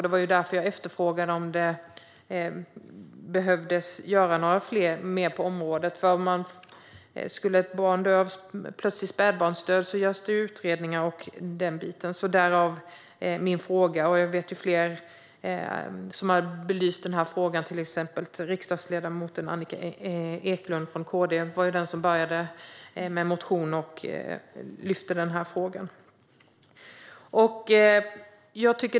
Det är därför jag frågar om det behöver göras mer på området. Om ett barn dör i plötslig spädbarnsdöd görs det nämligen utredningar - därav min fråga. Jag vet fler som har belyst den frågan, till exempel riksdagsledamoten Annika Eclund från KD, som var den som lyfte upp den i sin motion.